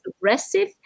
aggressive